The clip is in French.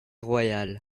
royal